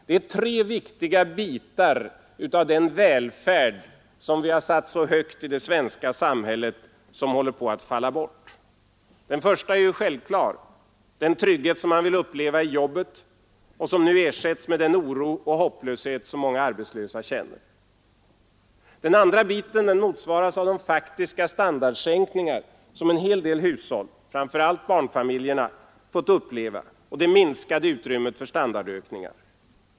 Det är tre viktiga bitar av den välfärd vi har satt så högt i det svenska samhället som håller på att falla bort. Den första är självklar: den trygghet som man vill uppleva i jobbet och som nu ersätts med den oro och hopplöshet som många arbetslösa känner. Den andra biten motsvaras av de faktiska standardsänkningar som en hel del hushåll — framför allt barnfamiljerna — fått uppleva, och det minskade utrymmet för standardökningar.